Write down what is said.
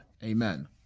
Amen